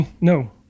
no